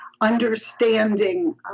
Understanding